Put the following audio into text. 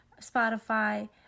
Spotify